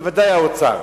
בוודאי האוצר.